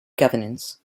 governance